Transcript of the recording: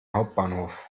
hauptbahnhof